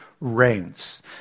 reigns